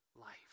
life